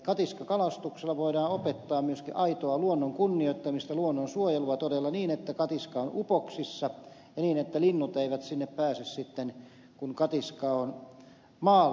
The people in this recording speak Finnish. katiskakalastuksella voidaan opettaa myöskin aitoa luonnon kunnioittamista luonnon suojelua todella niin että katiska on upoksissa ja niin että linnut eivät sinne pääse sitten kun katiska on maalla